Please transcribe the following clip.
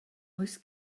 oes